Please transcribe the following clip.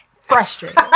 Frustrated